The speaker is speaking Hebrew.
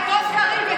אדון קריב,